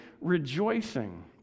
rejoicing